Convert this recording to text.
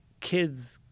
kids